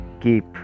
Keep